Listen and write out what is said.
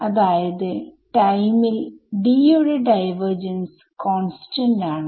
അതായത് ടൈമിൽ D യുടെ ഡൈവർജൻസ് കോൺസ്റ്റന്റ് ആണ്